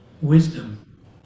wisdom